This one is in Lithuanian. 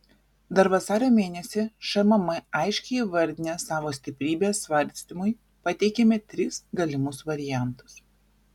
dar vasario mėnesį šmm aiškiai įvardinę savo stiprybes svarstymui pateikėme tris galimus variantus